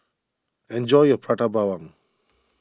enjoy your Prata Bawang